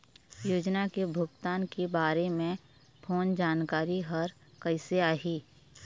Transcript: योजना के भुगतान के बारे मे फोन जानकारी हर कइसे आही?